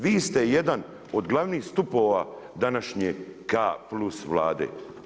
Vi ste jedan od glavnih stupova današnje K+ Vlade.